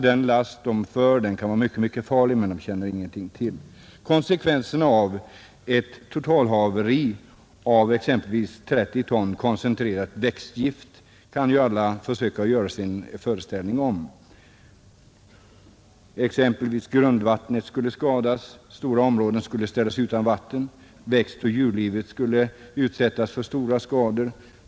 Den last de för kan alltså vara mycket farlig, men de känner ingenting till. Konsekvenserna av ett totalhaveri med exempelvis 30 ton koncentrerat växtgift kan alla försöka göra sig en föreställning om. Grundvattnet skulle skadas, stora områden skulle ställas utan vatten. Växtoch djurlivet skulle utsättas för stora skador.